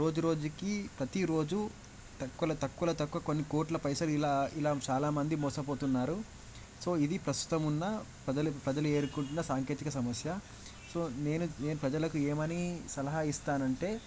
రోజు రోజుకి ప్రతిరోజూ తక్కువలో తక్కువలో తక్కువ కొన్ని కోట్ల పైసలు ఇలా ఇలా చాలా మంది మోసపోతున్నారు సో ఇది ప్రస్తుతం ఉన్నప్రజల ప్రజలు ఎదుర్కొంటున్న సాంకేతిక సమస్య సో నేను నేను ప్రజలకి ఏమని సలహా ఇస్తానంటే